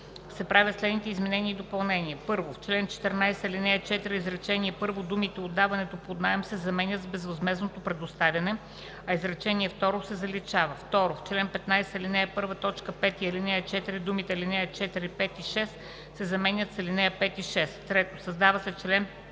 правят следните изменения и допълнения: